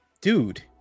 dude